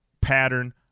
pattern